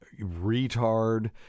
retard